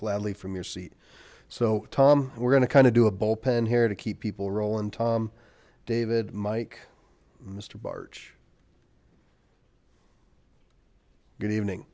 gladly from your seat so tom we're going to kind of do a bullpen here to keep people rolling tom david mike mister barch good evening